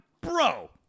Bro